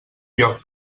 lloc